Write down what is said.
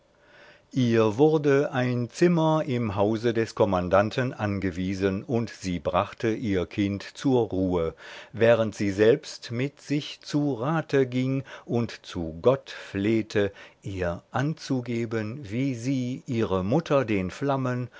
ihr wurde ein zimmer im hause des kommandanten angewiesen und sie brachte ihr kind zur ruhe während sie selbst mit sich zu rate ging und zu gott flehte ihr anzugeben wie sie ihre mutter den flammen